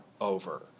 over